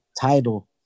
title